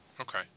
Okay